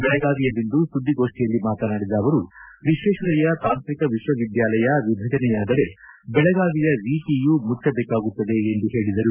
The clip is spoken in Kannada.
ಬೆಳಗಾವಿಯಲ್ಲಿಂದು ಸುದ್ಗಿಗೋಷ್ನಿಯಲ್ಲಿ ಮಾತನಾಡಿದ ಅವರು ವಿಶ್ವೇಶ್ವರಯ್ಯ ತಾಂತ್ರಿಕ ವಿಶ್ವವಿದ್ಯಾಲಯ ವಿಭಜನೆಯಾದರೆ ಬೆಳಗಾವಿಯ ವಿಟಿಯು ಮುಚ್ಚಬೇಕಾಗುತ್ತದೆ ಎಂದು ಹೇಳಿದರು